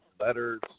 letters